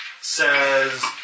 says